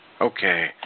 okay